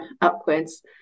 upwards